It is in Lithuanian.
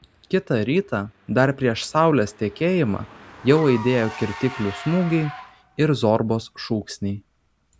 kitą rytą dar prieš saulės tekėjimą jau aidėjo kirtiklių smūgiai ir zorbos šūksniai